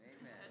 Amen